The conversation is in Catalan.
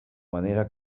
manera